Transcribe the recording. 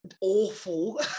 awful